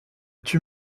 tue